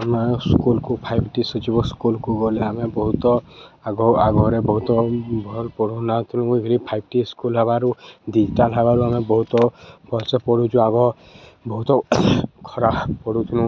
ଆମେ ସ୍କୁଲକୁ ଫାଇଭଟି ସଚିବ ସ୍କୁଲକୁ ଗଲେ ଆମେ ବହୁତ ଆଗ ଆଗରେ ବହୁତ ଭଲ୍ ପଢ଼ୁନାଥୁ ଏରି ଫାଇଭଟି ସ୍କୁଲ ହେବାରୁ ଡିଜିଟାଲ ହେବାରୁ ଆମେ ବହୁତ ଭଲସେ ପଢ଼ୁଚୁ ଆଗ ବହୁତ ଖରାପ ପଢ଼ୁଥୁଁ